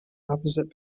opposite